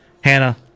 Hannah